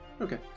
Okay